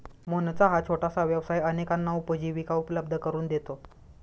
मोहनचा हा छोटासा व्यवसाय अनेकांना उपजीविका उपलब्ध करून देतो